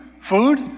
food